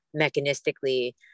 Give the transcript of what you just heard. mechanistically